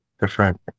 different